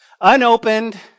unopened